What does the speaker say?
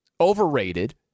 overrated